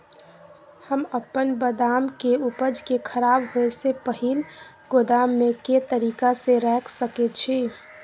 हम अपन बदाम के उपज के खराब होय से पहिल गोदाम में के तरीका से रैख सके छी?